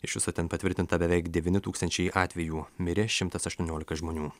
iš viso ten patvirtinta beveik devyni tūkstančiai atvejų mirė šimtas aštuoniolika žmonių